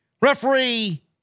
Referee